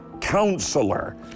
counselor